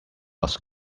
was